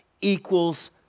equals